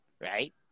right